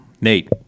Nate